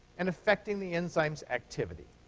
and affecting the enzyme's activity.